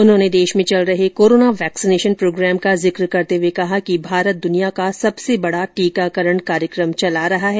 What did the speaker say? उन्होंने देश में चल रहे कोरोना वैक्सीनेशन प्रोग्राम का जिक्र करते हुए कहा कि भारत दुनिया का सबसे बड़ा टीकाकरण कार्यक्रम चला रहा है